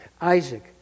Isaac